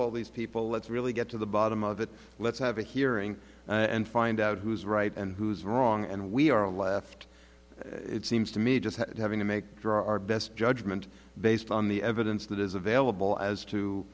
all these people let's really get to the bottom of it let's have a hearing and find out who's right and who's wrong and we are left it seems to me just having to make for our best judgment based on the evidence that is available as to